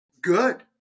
good